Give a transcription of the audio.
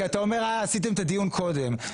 כי אתה אומר שעשיתם את הדיון קודם בלי.